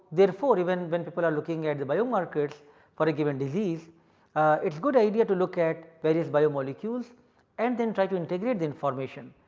therefore, even when people are looking at the biomarkers for a given disease it is good idea to look at various biomolecules and then try to integrate the information.